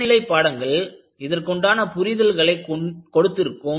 இளநிலை பாடங்கள் இதற்குண்டான புரிதல்களை கொடுத்திருக்கும்